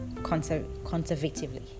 conservatively